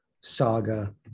saga